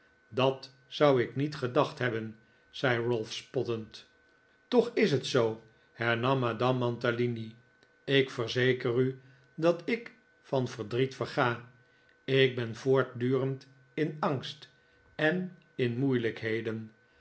dat zou ik niet gedacht hebben zei ralph spottend toch is het zoo hernam madame mantalini ik verzeker u dat ik van verdriet verga ik ben voortdurend in angst en in moeilijkheden